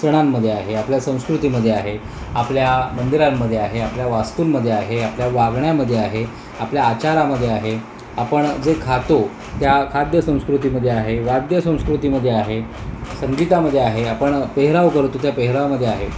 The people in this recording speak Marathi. सणांमध्ये आहे आपल्या संस्कृतीमध्ये आहे आपल्या मंदिरांमध्ये आहे आपल्या वास्तूंमध्ये आहे आपल्या वागण्यामध्ये आहे आपल्या आचारामध्ये आहे आपण जे खातो त्या खाद्य संस्कृतीमध्ये आहे वाद्यसस्कृतीमध्ये आहे संगीतामध्ये आहे आपण पेहराव करतो त्या पेहरावामध्ये आहे